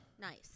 Nice